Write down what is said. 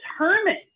determined